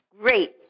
great